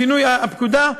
לשינוי הפקודה,